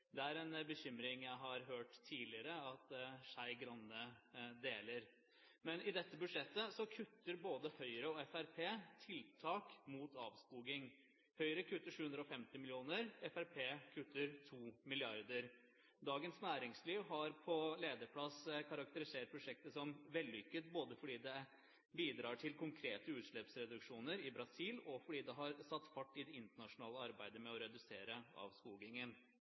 Det er en bekymring jeg tidligere har hørt at representanten Skei Grande deler. I dette budsjettet kutter både Høyre og Fremskrittspartiet tiltak mot avskoging. Høyre kutter 750 mill. kr, Fremskrittspartiet kutter 2 mrd. kr. Dagens Næringsliv har på lederplass karakterisert prosjektet som vellykket, både fordi det bidrar til konkrete utslippsreduksjoner i Brasil og fordi det har satt fart i det internasjonale arbeidet med å redusere avskogingen.